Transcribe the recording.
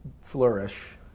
flourish